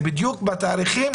זה בדיוק בתאריכים